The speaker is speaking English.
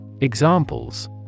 Examples